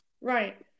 Right